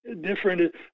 different –